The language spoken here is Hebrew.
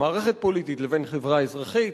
בין מערכת פוליטית לבין חברה אזרחית,